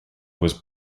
was